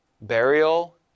burial